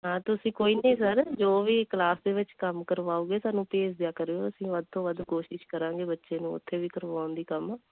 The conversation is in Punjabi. ਹਾਂ ਤੁਸੀਂ ਕੋਈ ਨਹੀਂ ਸਰ ਜੋ ਵੀ ਕਲਾਸ ਦੇ ਵਿੱਚ ਕੰਮ ਕਰਵਾਉਂਗੇ ਸਾਨੂੰ ਭੇਜ ਦਿਆ ਕਰਿਓ ਅਸੀਂ ਵੱਧ ਤੋਂ ਵੱਧ ਕੋਸ਼ਿਸ਼ ਕਰਾਂਗੇ ਬੱਚੇ ਨੂੰ ਉੱਥੇ ਵੀ ਕਰਵਾਉਣ ਦੀ ਕੰਮ